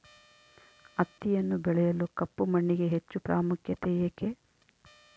ಹತ್ತಿಯನ್ನು ಬೆಳೆಯಲು ಕಪ್ಪು ಮಣ್ಣಿಗೆ ಹೆಚ್ಚು ಪ್ರಾಮುಖ್ಯತೆ ಏಕೆ?